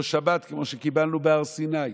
או שבת כמו שקיבלנו בהר סיני.